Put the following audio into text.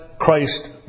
Christ